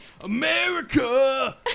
America